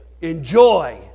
enjoy